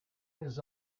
his